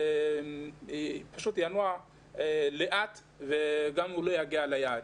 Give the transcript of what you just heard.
שינוע לאט והוא לא יגיע ליעד.